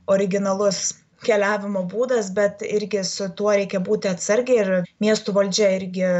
originalus keliavimo būdas bet irgi su tuo reikia būti atsargiai ir miestų valdžia irgi